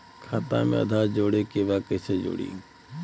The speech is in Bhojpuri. खाता में आधार जोड़े के बा कैसे जुड़ी?